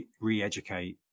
re-educate